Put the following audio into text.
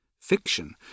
Fiction